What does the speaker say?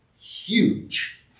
huge